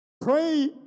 pray